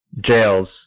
jails